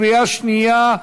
בקריאה שנייה,